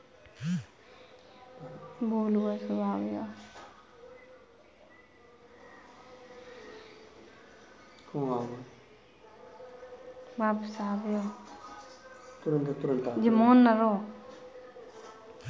रजनीगंधा का उपयोग कलात्मक माला, पुष्प, आभूषण और गुलदस्ते बनाने के लिए किया जाता है